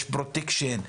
יש פרוטקשן,